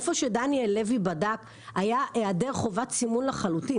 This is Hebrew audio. איפה שדניאל לוי בדק היה היעדר חובת סימון לחלוטין,